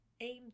aim